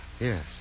Yes